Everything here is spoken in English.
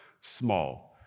small